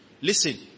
Listen